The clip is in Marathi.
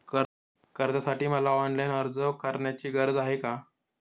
कर्जासाठी मला ऑनलाईन अर्ज करण्याची गरज आहे का?